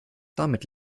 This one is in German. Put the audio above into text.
damit